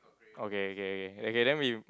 okay K K okay then we